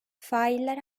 failler